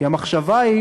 שבעסקים כאלה,